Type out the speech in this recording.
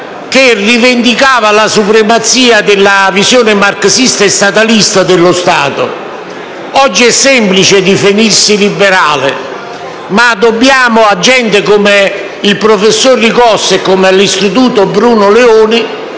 che rivendicava la supremazia della visione marxista e statalista dell’economia e dello Stato. Oggi e semplice definirsi liberale, ma dobbiamo a gente come il professore Ricossa e all’istituto «Bruno Leoni»